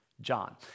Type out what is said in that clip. John